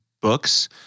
books